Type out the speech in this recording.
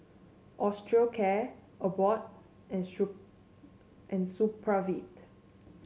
Osteocare Abbott and Supravit